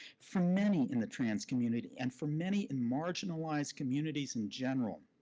for many in the trans community and for many in marginalized communities in general,